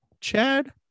Chad